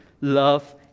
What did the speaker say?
love